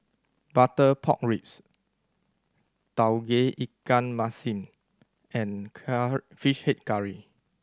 butter pork ribs Tauge Ikan Masin and Fish Head Curry